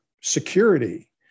security